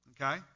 Okay